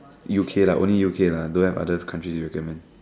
U_K lah only U_K lah don't have other countries you recommend